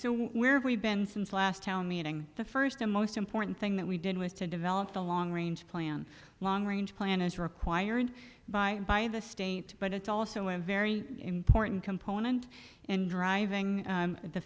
ere we've been since last town meeting the first and most important thing that we did was to develop the long range plan long range plan as required by by the state but it's also a very important component and driving